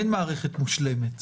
אין מערכת מושלמת,